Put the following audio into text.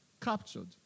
captured